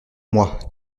moi